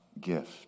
gift